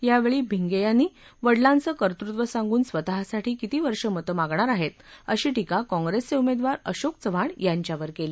यावेळी भिंगे यांनी वड़लांचं कर्तुत्व सांगून स्वतःसाठी किती वर्षं मतं मागणार आहात अशी टीका कॉंग्रेसचे उमेदवार अशोक चव्हाण यांच्यावर केली